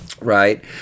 right